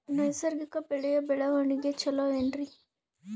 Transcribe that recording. ನೈಸರ್ಗಿಕ ಬೆಳೆಯ ಬೆಳವಣಿಗೆ ಚೊಲೊ ಏನ್ರಿ?